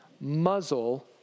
muzzle